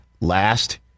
last